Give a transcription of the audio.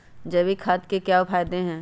जैविक खाद के क्या क्या फायदे हैं?